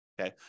okay